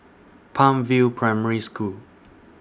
Palm View Primary School